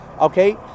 okay